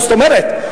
זאת אומרת,